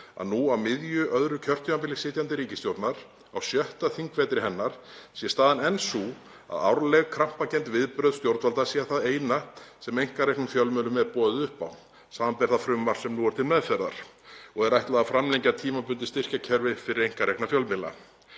að nú á miðju öðru kjörtímabili sitjandi ríkisstjórnar, á sjötta þingvetri hennar, sé staðan enn sú að árleg krampakennd viðbrögð stjórnvalda séu það sem einkareknum fjölmiðlum er boðið upp á, samanber það frumvarp sem nú er til meðferðar og er ætlað að framlengja tímabundið styrkjakerfi fyrir einkarekna fjölmiðla.